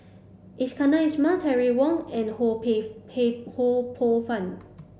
Iskandar Ismail Terry Wong and Ho Pay Pay Ho Poh Fun